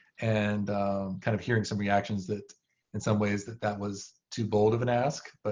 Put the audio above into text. and kind of hearing some reactions that in some ways that that was too bold of an ask. but